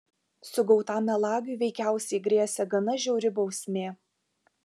sugautam melagiui veikiausiai grėsė gana žiauri bausmė